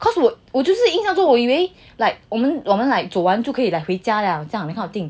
cause 我我就是印象中我以为 like 我们我们 like 走完就可以 like 回家 liao 这样 that kind of thing